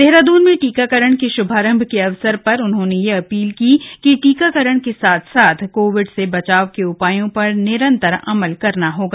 देहरादून में टीकाकरण के शुभारम्भ के अवसर पर उन्होंने यह भी अपील की कि टीकाकरण के साथ साथ कोविड से बचाव के उपायों पर निरन्तर अमल करना होगा